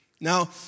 Now